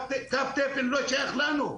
קו תפן הוא לא שייך לנו,